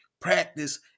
practice